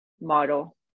model